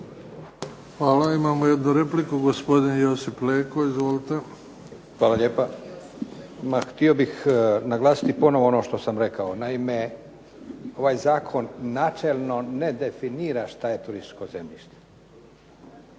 Hvala. Imamo jednu repliku, gospodin Josip Leko. Izvolite. **Leko, Josip (SDP)** Hvala lijepa. Ma htio bih naglasiti ponovno ono što sam rekao. Naime, ovaj zakon načelno ne definira šta je turističko zemljište.